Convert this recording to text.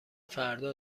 فردا